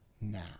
now